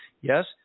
Yes